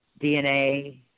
DNA